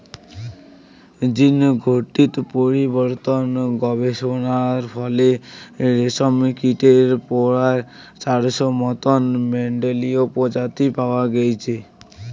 জীনঘটিত পরিবর্তন গবেষণার ফলে রেশমকীটের পরায় চারশোর মতন মেন্ডেলীয় প্রজাতি পাওয়া গেইচে